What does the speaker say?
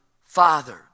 Father